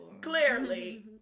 Clearly